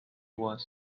was